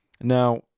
Now